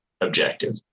objective